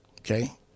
Okay